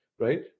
right